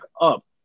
up